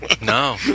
No